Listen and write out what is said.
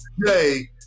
today